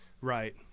Right